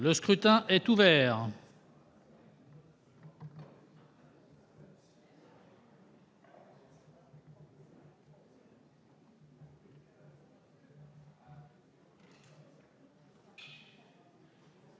Le scrutin est ouvert.